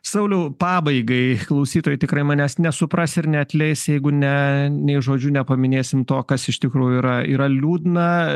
sauliau pabaigai klausytojai tikrai manęs nesupras ir neatleis jeigu ne nei žodžiu nepaminėsim to kas iš tikrųjų yra yra liūdna